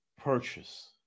purchase